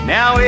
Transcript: Now